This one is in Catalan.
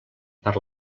per